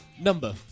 Number